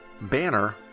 Banner